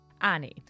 Annie